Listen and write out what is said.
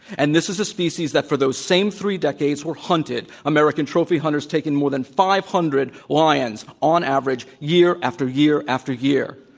and this is a species that, for those same three decades, were hunted. american trophy hunters taking more than five hundred lions on average, year after year, after year.